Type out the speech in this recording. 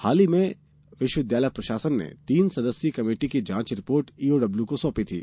हाल ही में विश्वविद्यालय प्रशासन ने तीन सदस्यीय कमेटी की जांच रिपोर्ट ईओडब्ल्यू को सौंपी थी